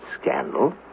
Scandal